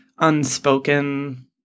unspoken